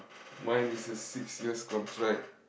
mine is a six years contract